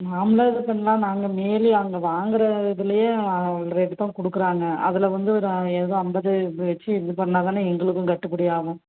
நாம்மளாக இது பண்ணலாம் நாங்கள் மீறி அங்கே வாங்குற இதுலையும் அந்த ரேட்டுக்கு தான் கொடுக்குறாங்க அதில் வந்து ஒரு எதோ ஐம்பது வச்சு இது பண்ணுன்னா தானே எங்களுக்கும் கட்டுப்படி ஆகும்